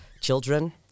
children